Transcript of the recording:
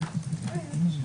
מאיץ דיגיטל,